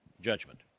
judgment